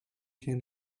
came